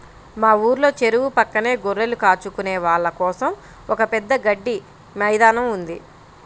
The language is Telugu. మా ఊర్లో చెరువు పక్కనే గొర్రెలు కాచుకునే వాళ్ళ కోసం ఒక పెద్ద గడ్డి మైదానం ఉంది